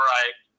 Right